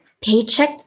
paycheck